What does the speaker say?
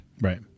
Right